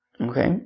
Okay